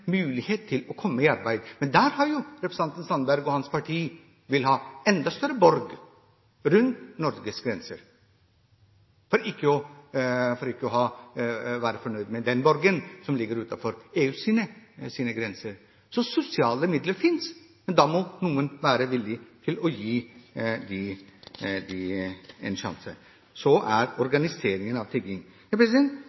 mulighet til å komme i arbeid? Men der vil jo representanten Sandberg og hans parti ha en enda større borg rundt Norges grenser – for ikke å være fornøyd med den borgen som ligger utenfor EUs grenser. Så sosiale midler finnes, men da må noen være villig til å gi dem en sjanse. Så er